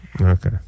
Okay